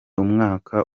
umwaka